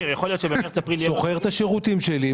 שוכר את השירותים שלי,